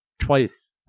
twice